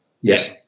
yes